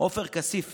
עופר כסיף